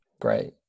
Great